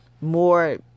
More